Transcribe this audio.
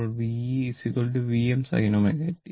ഇപ്പോൾ V Vm sin ω t